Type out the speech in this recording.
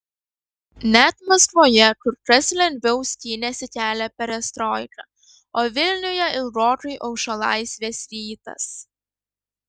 net maskvoje kur kas lengviau skynėsi kelią perestroika o vilniuje ilgokai aušo laisvės rytas